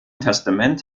testament